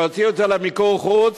הוציאו את זה למיקור חוץ,